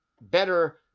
better